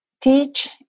teach